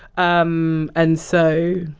um and so.